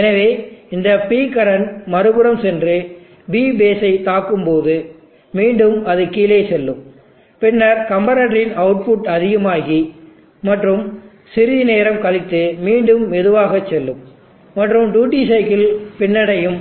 எனவே இந்த P current மறுபுறம் சென்று P பேஸ் ஐ தாக்கும் போது மீண்டும் அது கீழே செல்லும் பின்னர் கம்பரட்டர் இன் அவுட்புட் அதிகமாகி மற்றும் சிறிது நேரம் கழித்து மீண்டும் மெதுவாகச் செல்லும் மற்றும் ட்யூட்டி சைக்கிள் பின்னடையும்